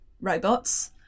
robots